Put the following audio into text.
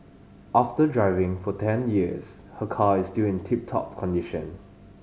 after driving for ten years her car is still in tip top condition